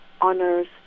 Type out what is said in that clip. honors